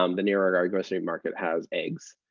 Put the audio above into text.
um the nearest grocery grocery market has eggs.